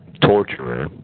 torturer